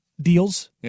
deals